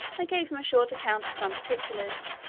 i gave him a short account of some particulars,